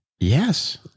Yes